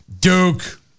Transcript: Duke